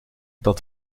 dat